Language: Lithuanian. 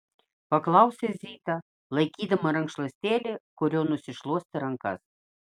paklausė zita laikydama rankšluostėlį kuriuo nusišluostė rankas